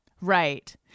Right